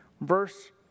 verse